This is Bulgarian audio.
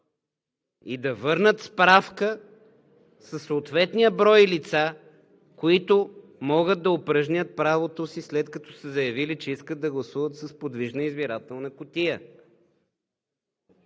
и да върнат справка със съответния брой лица, които могат да упражнят правото си, след като са заявили, че искат да гласуват с подвижна избирателна кутия.